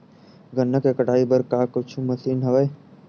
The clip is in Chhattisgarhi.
गन्ना के कटाई बर का कुछु मशीन हवय?